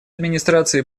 администрации